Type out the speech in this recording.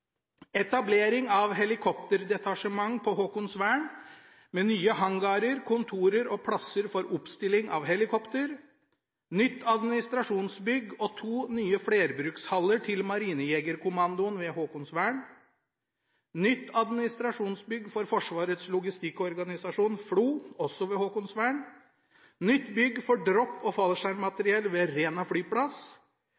etablering av helikopterdetasjement på Haakonsvern med nye hangarer, kontor og plasser for oppstilling av helikopter nytt administrasjonsbygg og to nye flerbrukshaller til Marinejegerkommandoen ved Haakonsvern nytt administrasjonsbygg for Forsvarets logistikkorganisasjon, FLO, – også ved Haakonsvern nytt bygg for dropp- og